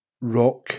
rock